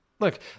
Look